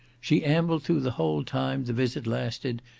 she ambled through the whole time the visit lasted,